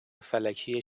فلکی